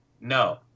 No